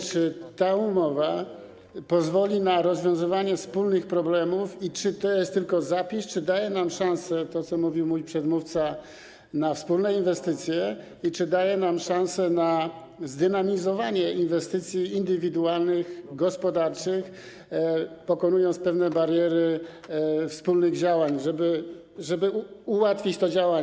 Czy ta umowa pozwoli na rozwiązywanie wspólnych problemów, czy to jest tylko zapis, czy daje nam to szanse - o czym mówił mój przedmówca - na wspólne inwestycje, czy daje nam to szanse na zdynamizowanie inwestycji indywidualnych, gospodarczych, pokonując pewne bariery wspólnych działań, żeby ułatwić to działanie?